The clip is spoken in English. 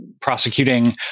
prosecuting